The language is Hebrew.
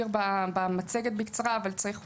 שנציג מבקר המדינה הזכיר במצגת בקצרה אבל אנחנו